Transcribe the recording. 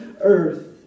earth